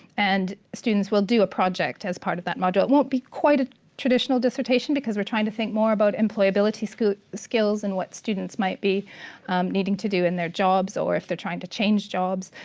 and students will do a project as part of that module. it won't be quite a traditional dissertation because we're trying to think more about employability skills and what students might be needing to do in their jobs or if they're trying to change jobs,